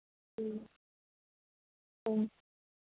ꯎꯝ ꯎꯝ